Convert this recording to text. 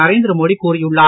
நரேந்திர மோடி கூறியுள்ளார்